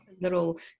little